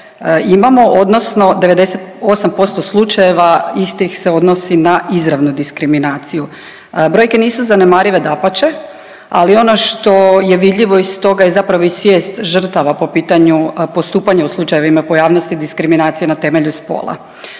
imamo odnosno 98% slučajeva iste ih se odnosi na izravnu diskriminaciju. Brojke nisu zanemarive dapače, ali ono što je vidljivo iz toga je zapravo i svijest žrtava po pitanju postupanja u slučajevima pojavnosti diskriminacije na temelju spola.